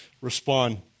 respond